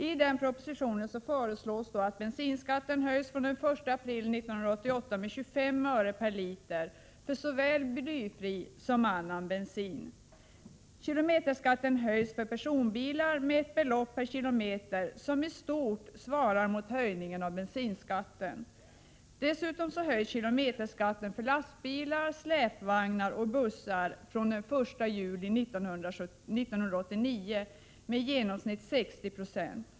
I propositionen föreslås att bensinskatten höjs från den 1 april 1988 med 25 öre per liter för såväl blyfri som annan bensin. Kilometerskatten höjs för personbilar med ett belopp per kilometer som i stort svarar mot höjningen av bensinskatten. Dessutom höjs kilometerskatten för lastbilar, släpvagnar och bussar från den 1 juli 1989 med i genomsnitt 60 26.